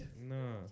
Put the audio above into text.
No